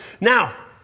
Now